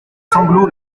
sanglots